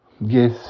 Yes